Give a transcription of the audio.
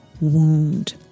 wound